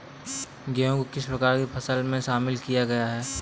गेहूँ को किस प्रकार की फसलों में शामिल किया गया है?